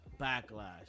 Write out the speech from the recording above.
Backlash